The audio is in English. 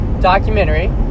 documentary